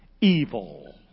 Evil